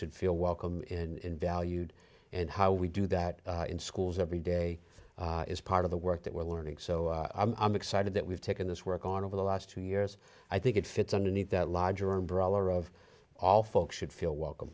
should feel welcome in valued and how we do that in schools every day is part of the work that we're learning so i'm excited that we've taken this work on over the last two years i think it fits underneath that larger and brawler of all folks should feel welcome